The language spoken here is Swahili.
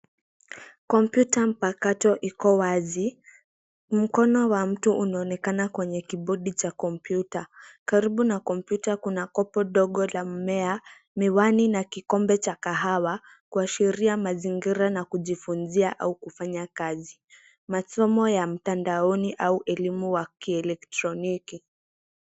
Kompyuta mpakato iko wazi. Mkono wa mtu unaonekana kwenye kibodi cha kompyuta. Karibu na kompyuta kuna kopo dogo la mmea, miwani na kikombe cha kahawa kuashiria mazingira na kujifunzia au kufanya kazi. Masomo ya mtandaoni au elimu ya kielektroniki.